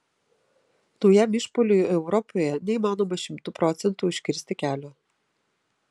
naujam išpuoliui europoje neįmanoma šimtu procentų užkirsti kelio